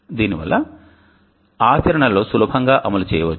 దీనివల్ల ఆచరణలో సులభంగా అమలు చేయవచ్చు